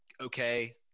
okay